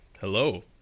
Hello